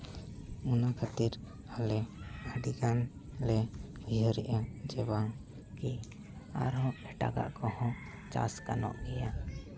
ᱚᱱᱟ ᱠᱷᱟᱹᱛᱤᱨ ᱟᱞᱮ ᱟᱹᱰᱤ ᱜᱟᱱᱞᱮ ᱩᱭᱦᱟᱹᱨᱮᱫᱟ ᱡᱮ ᱵᱟᱝ ᱠᱤ ᱟᱨᱦᱚᱸ ᱮᱴᱟᱜᱟᱜ ᱠᱚᱦᱚᱸ ᱪᱟᱥ ᱜᱟᱱᱚᱜ ᱜᱮᱭᱟ